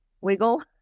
Wiggle